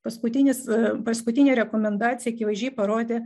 paskutinis paskutinė rekomendacija akivaizdžiai parodė